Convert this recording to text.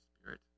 Spirit